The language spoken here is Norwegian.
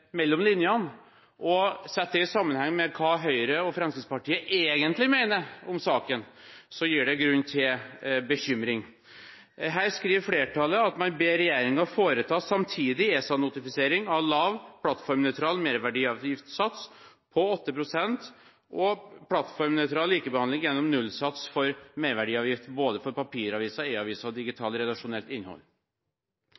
mellom linjene og setter det i sammenheng med hva Høyre og Fremskrittspartiet egentlig mener om saken, så gir det grunn til bekymring. Her skriver flertallet at man «ber regjeringen foreta samtidig ESA-notifisering av lav, plattformnøytral merverdiavgiftssats på 8 pst., og plattformnøytral likebehandling gjennom nullsats for merverdiavgift både for papiraviser, e-aviser og